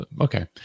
okay